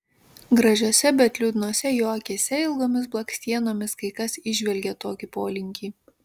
gražiose bet liūdnose jo akyse ilgomis blakstienomis kai kas įžvelgia tokį polinkį